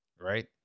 right